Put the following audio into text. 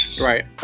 Right